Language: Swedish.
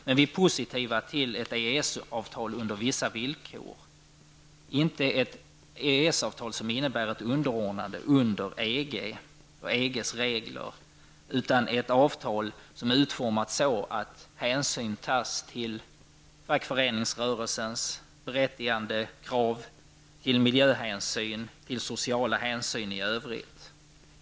Men vi är positiva till ett EES-avtal under vissa villkor, inte ett avtal som innebär ett underordnande under EGs regler utan avtal som är utformat så att hänsyn tas till fackföreningsrörelsens berättigade krav på att miljöhänsyn och övriga sociala hänsyn tas.